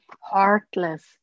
heartless